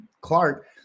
Clark